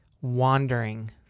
wandering